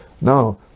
Now